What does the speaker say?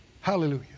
Hallelujah